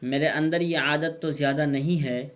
میرے اندر یہ عادت تو زیادہ نہیں ہے